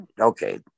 okay